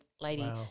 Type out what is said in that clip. lady